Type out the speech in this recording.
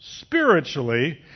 Spiritually